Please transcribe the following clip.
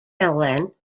elen